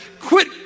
Quit